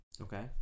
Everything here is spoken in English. Okay